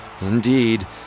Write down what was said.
Indeed